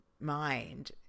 mind